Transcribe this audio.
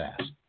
asked